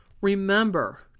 Remember